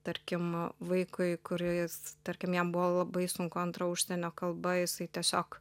tarkim vaikui kuris tarkim jam buvo labai sunku antra užsienio kalba jisai tiesiog